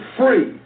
free